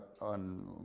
on